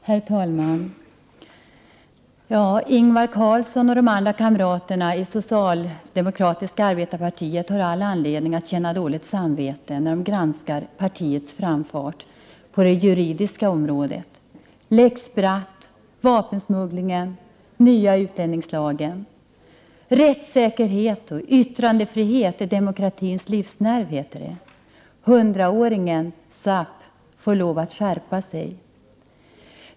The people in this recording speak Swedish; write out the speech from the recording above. Herr talman! Ingvar Carlsson och de andra kamraterna i socialdemokratis nya utianningsiagen. Kattssakernet ocn yttranaerrinet ar demoKrauns HVvsnerv, heter det. Hundraåringen SAP får lov att skärpa sig.